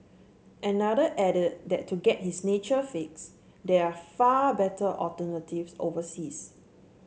another added that to get his nature fix there are far better alternatives overseas